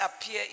appear